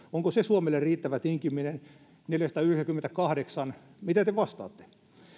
onko se suomelle riittävä tinkiminen neljäsataayhdeksänkymmentäkahdeksan mitä te vastaatte